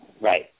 Right